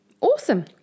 Awesome